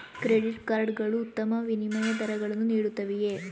Credit card ಗಳು ಉತ್ತಮ ವಿನಿಮಯ ದರಗಳನ್ನು ನೀಡುತ್ತವೆಯೇ?